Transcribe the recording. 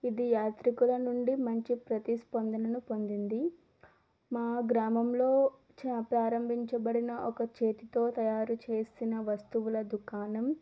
ఇది యాత్రికుల నుండి మంచి ప్రతిస్పందనను పొందింది మా గ్రామంలో చా ప్రారంభించబడిన ఒక చేతితో తయారు చేసిన వస్తువుల దుకాణం